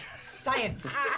science